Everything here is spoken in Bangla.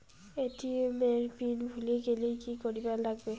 এ.টি.এম এর পিন ভুলি গেলে কি করিবার লাগবে?